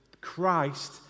Christ